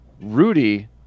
Rudy